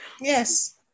Yes